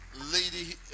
lady